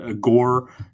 Gore